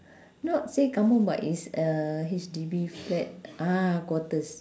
not say kampung but it's a H_D_B flat ah quarters